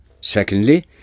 Secondly